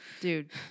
dude